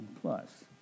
Plus